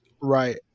Right